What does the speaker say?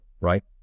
right